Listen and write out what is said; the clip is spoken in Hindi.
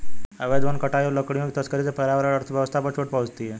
अवैध वन कटाई और लकड़ियों की तस्करी से पर्यावरण और अर्थव्यवस्था पर चोट पहुँचती है